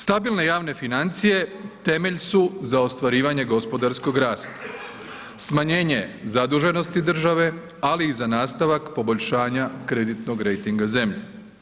Stabilne javne financije temelj su za ostvarivanje gospodarskog rasta, smanjenje zaduženosti države, ali i za nastavak poboljšanja kreditnog rejtinga zemlje.